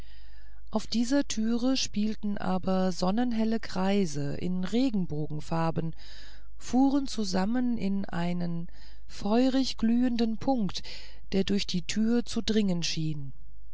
auf dieser türe spielten aber sonnenhelle kreise in regenbogenfarben fuhren zusammen in einen feurigglühenden punkt der durch die türe zu dringen schien